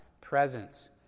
presence